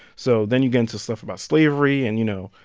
so then you get into stuff about slavery and, you know,